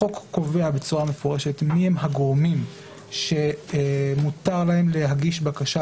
החוק קובע בצורה מפורשת מי הם הגורמים שמותר להם להגיש בקשה,